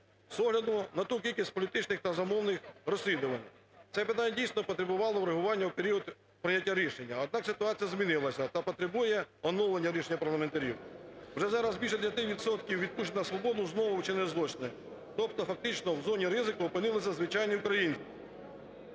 З огляду на ту кількість політичних та замовних розслідувань це питання дійсно потребувало врегулювання в період прийняття рішення. Однак ситуація змінилися та потребує оновлення рішення парламентарів. Вже зараз більше 9 відсотків відпущено на свободу знову вчинять злочини. Тобто фактично в зоні ризику опинилися звичайні українці.